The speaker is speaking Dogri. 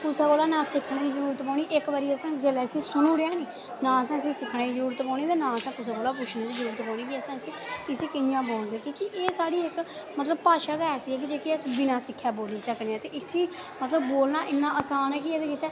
कुसै कोला दा ना सिक्खनें दी जरूरत पौनी जिसलै इक बारी असैं इसगी सुनी ओड़ेआ नी नां असैं इसी सकाने दी जरूरत पौनी ते नां कुसै कोला दा पुछने दी जरूरत पौनी कि इसी कियां बोलदे कि के एह् साढ़ी इक भाशा गै ऐसी ऐ कि अस इसी बिना सिक्खै बोल्ली सकने आं ते इसी मतलव बोलना इन्ना आसान ऐ कि एह्दै गित्तै